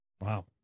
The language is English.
Wow